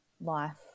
life